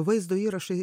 vaizdo įrašai